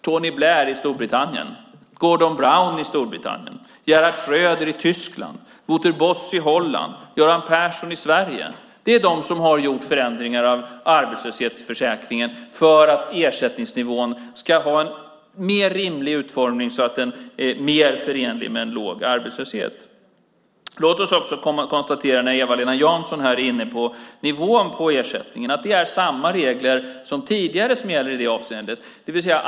Tony Blair och Gordon Brown i Storbritannien, Gerhard Schröder i Tyskland, Wouter Bos i Holland och Göran Persson i Sverige - det är de som har gjort förändringar av arbetslöshetsförsäkringen för att ersättningsnivån ska ha en mer rimlig utformning, så att den är mer förenlig med en låg arbetslöshet. Låt oss också konstatera när Eva-Lena Jansson är inne på nivån på ersättningen att det är samma regler som tidigare som gäller i det avseendet.